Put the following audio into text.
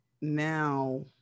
now